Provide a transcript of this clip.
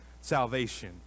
salvation